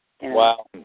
Wow